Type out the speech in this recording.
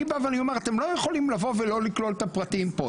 אני בא ואני אומר אתם לא יכולים לבוא ולא לכלול את הפרטים פה,